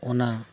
ᱚᱱᱟ